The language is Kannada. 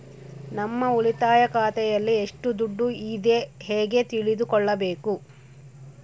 ನಮ್ಮ ಉಳಿತಾಯ ಖಾತೆಯಲ್ಲಿ ಎಷ್ಟು ದುಡ್ಡು ಇದೆ ಹೇಗೆ ತಿಳಿದುಕೊಳ್ಳಬೇಕು?